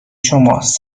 شماست